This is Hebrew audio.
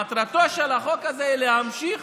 מטרתו של החוק הזה להמשיך